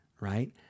right